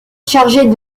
chargée